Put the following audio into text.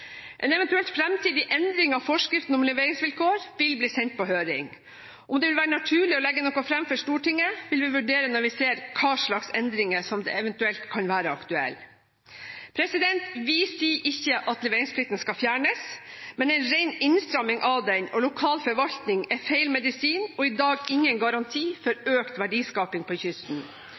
En eventuell fremtidig endring av forskriften om leveringsvilkår vil bli sendt på høring. Om det vil være naturlig å legge noe fram for Stortinget, vil vi vurdere når vi ser hvilke endringer som eventuelt kan være aktuelle. Vi sier ikke at leveringsplikten skal fjernes, men en ren innstramming av den og lokal forvaltning er feil medisin, og er i dag ingen garanti for økt verdiskaping på kysten.